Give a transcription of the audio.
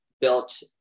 built